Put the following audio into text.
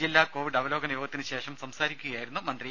ജില്ലാ കോവിഡ് അവലോകന യോഗത്തിന് ശേഷം സംസാരിക്കുകയായിരുന്നു മന്ത്രി